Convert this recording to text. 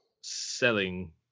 selling